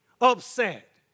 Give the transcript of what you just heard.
upset